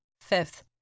Fifth